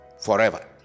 forever